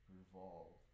revolve